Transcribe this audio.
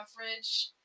average